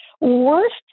Worst